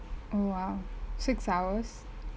oh !wow! six hours